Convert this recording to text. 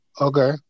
Okay